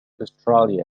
australia